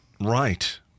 Right